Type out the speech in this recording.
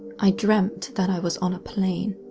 i dreamt that i was on a plane.